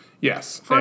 Yes